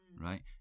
right